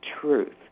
truth